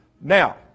Now